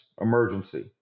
emergency